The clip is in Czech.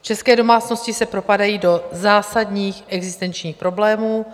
České domácnosti se propadají do zásadních existenčních problémů.